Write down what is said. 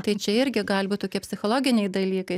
tai čia irgi gali būt tokie psichologiniai dalykai